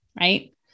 Right